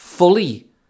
fully